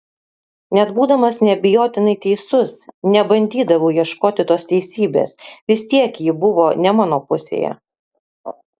net būdamas neabejotinai teisus nebandydavau ieškoti tos teisybės vis tiek ji buvo ne mano pusėje